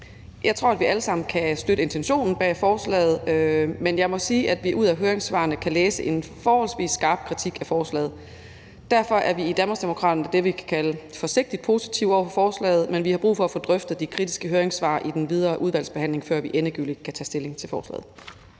Jeg tror, at vi alle sammen kan støtte intentionen bag forslaget, men jeg må sige, at vi ud af høringssvarene kan læse en forholdsvis skarp kritik af forslaget. Derfor er vi i Danmarksdemokraterne det, vi kan kalde forsigtigt positive over for forslaget, men vi har brug for at få drøftet de kritiske høringssvar i den videre udvalgsbehandling, før vi endegyldigt kan tage stilling til forslaget.